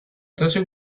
تاشو